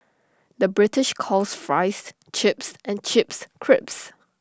the British calls Fries Chips and Chips Crisps